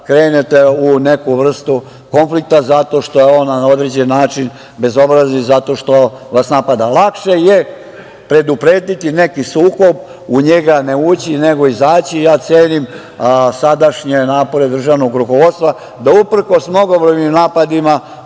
kada krenete u neku vrstu konflikta, zato što je on na određeni način bezobrazan i zato što vas napada. Lakše je preduprediti neki sukob, u njega ne ući, nego izaći. Ja cenim sadašnje napore državnog rukovodstva da uprkos mnogobrojnim napadima